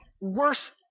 worse